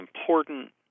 important